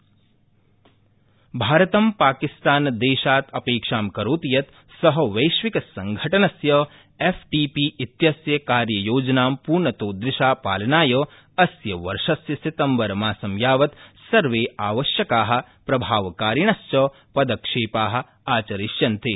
विदेशमन्त्रालय भारतं पाकिस्तानदेशाद अपेक्षां करोति यत् स वैश्विक संगठनस्य एफटीएफ व्विस्य कार्ययोजनां पूर्णतोदृशा पालनाय अस्य वर्षस्य सितम्बरमासं यावत सर्वे आवश्यका प्रभावकारिणश्च पदक्षेपा आचरिष्यन्ते